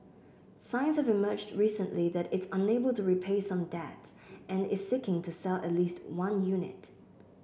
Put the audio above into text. signs have emerged recently that it's unable to repay some debts and is seeking to sell at least one unit